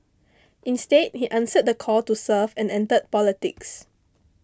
instead he answered the call to serve and entered politics